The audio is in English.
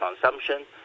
consumption